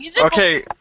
Okay